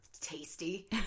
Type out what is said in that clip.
tasty